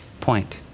point